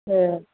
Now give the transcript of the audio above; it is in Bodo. ए